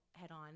head-on